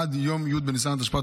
עד ליום י' בניסן התשפ"ד,